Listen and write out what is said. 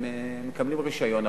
הם מקבלים רשיון,